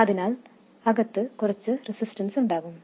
അതിനാൽ അകത്ത് കുറച്ച് റെസിസ്റ്റൻസ് ഉണ്ടാകും